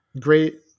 great